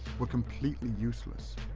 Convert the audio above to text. were completely useless.